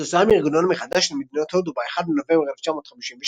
כתוצאה מארגונן מחדש של מדינות הודו ב-1 בנובמבר 1956,